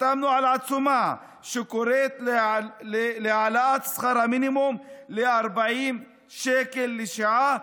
חתמנו על עצומה שקוראת להעלאת שכר המינימום ל-40 שקל לשעה,